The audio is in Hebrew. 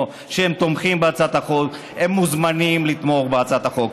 שהם תומכים בהצעת החוק מוזמנים לתמוך בהצעת החוק.